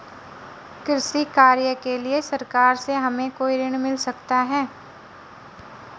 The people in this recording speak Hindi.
कृषि कार्य के लिए सरकार से हमें कोई ऋण मिल सकता है?